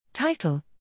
Title